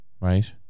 Right